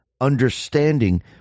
understanding